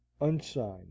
Unsigned